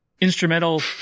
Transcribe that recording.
instrumental